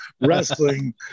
wrestling